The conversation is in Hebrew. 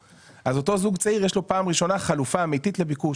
- אז אותו זוג צעיר יש לו פעם ראשונה חלופה אמיתית לביקוש.